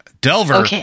Delver